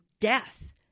Death